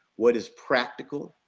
what is practical?